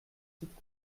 sites